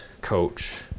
coach